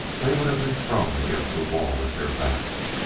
they would have been thrown against the wall at their backs.